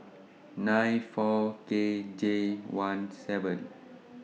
nine four K J one seven